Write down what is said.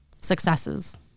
successes